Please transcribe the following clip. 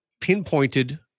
pinpointed